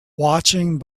watching